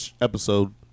episode